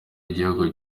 igihugu